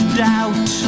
doubt